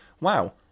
Wow